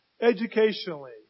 educationally